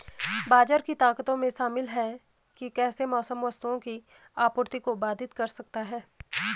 बाजार की ताकतों में शामिल हैं कि कैसे मौसम वस्तुओं की आपूर्ति को बाधित कर सकता है